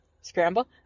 Scramble